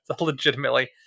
legitimately